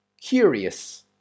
curious